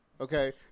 Okay